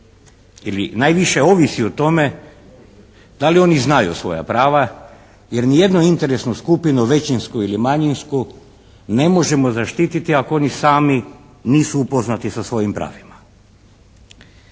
ili najviše ovisi o tome da li oni znaju svoja prava jer nijednu interesnu skupinu, većinsku ili manjinsku, ne možemo zaštititi ako oni sami nisu upoznati sa svojim pravima.